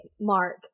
Mark